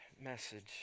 message